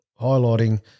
highlighting